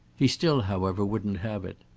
he still, however, wouldn't have it.